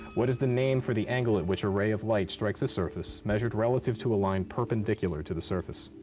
what is the name for the angle at which a ray of light strikes a surface measured relative to a line perpendicular to the surface?